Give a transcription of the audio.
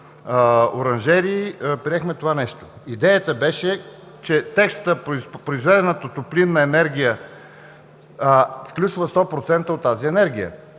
„Оранжерии“, приехме това нещо. Идеята беше, че текстът „произведената топлинна енергия“ включва 100% от тази енергия.